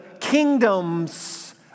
kingdoms